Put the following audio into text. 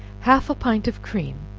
half a pint of cream,